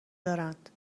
دارند